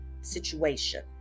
situation